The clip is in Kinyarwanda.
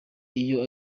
iyo